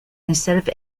instead